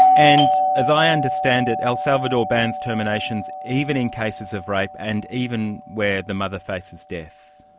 and as i understand it el salvador bans terminations even in cases of rape and even where the mother faces death.